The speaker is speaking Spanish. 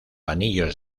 anillos